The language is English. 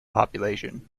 population